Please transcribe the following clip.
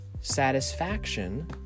satisfaction